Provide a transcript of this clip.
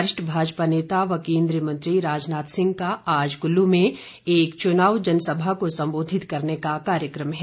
वरिष्ठ भाजपा नेता व केन्द्रीय मंत्री राजनाथ सिंह का आज कुल्लू में एक चुनाव जनसभा को संबोधित करने का कार्यक्रम हैं